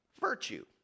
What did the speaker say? virtue